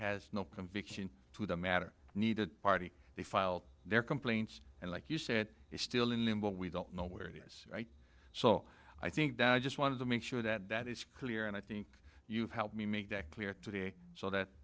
has no conviction to the matter needed party they filed their complaints and like you say it is still in limbo we don't know where this so i think that i just wanted to make sure that that is clear and i think you've helped me make that clear today so that